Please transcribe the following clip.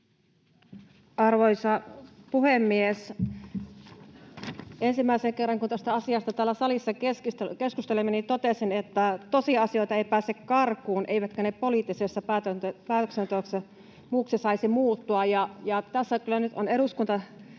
Arvoisa puhemies! Kun tästä asiasta täällä salissa ensimmäisen kerran keskustelimme, totesin, että tosiasioita ei pääse karkuun eivätkä ne poliittisessa päätöksenteossa muuksi saisi muuttua. Tässä kyllä nyt on eduskunta